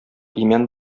имән